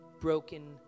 broken